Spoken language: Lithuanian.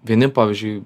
vieni pavyzdžiui